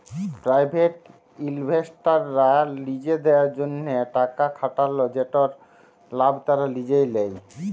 private ইলভেস্টাররা লিজেদের জ্যনহে টাকা খাটাল যেটর লাভ তারা লিজে লেই